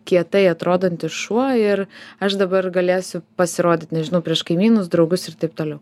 kietai atrodantis šuo ir aš dabar galėsiu pasirodyt nežinau prieš kaimynus draugus ir taip toliau